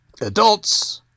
Adults